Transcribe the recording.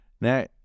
Now